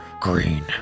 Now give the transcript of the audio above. green